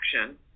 action